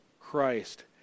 Christ